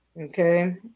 Okay